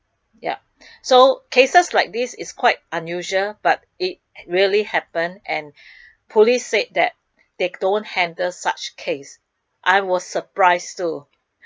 yup so cases like this is quite unusual but it really happen and police said that they don't handle such case I was surprised too